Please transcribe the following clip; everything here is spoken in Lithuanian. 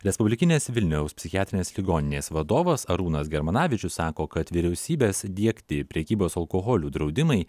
respublikinės vilniaus psichiatrinės ligoninės vadovas arūnas germanavičius sako kad vyriausybės diegti prekybos alkoholiu draudimai